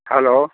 hello